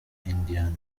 indiana